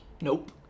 Nope